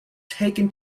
taken